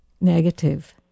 negative